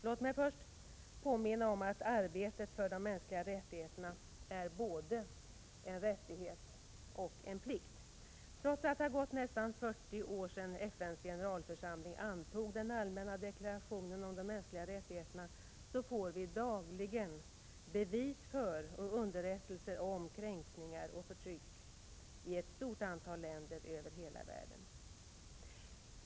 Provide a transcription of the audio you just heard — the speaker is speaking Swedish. Låt mig först påminna om att arbetet för de mänskliga rättigheterna är både en rättighet och en plikt. Trots att det har gått nästan 40 år sedan FN:s generalförsamling antog den allmänna deklarationen om de mänskliga rättigheterna, får vi dagligen bevis för och underrättelser om kränkningar och förtryck i ett stort antal länder över hela världen.